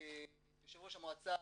יו"ר המועצה,